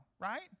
right